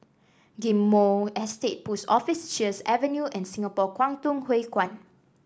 Ghim Moh Estate Post Office Sheares Avenue and Singapore Kwangtung Hui Kuan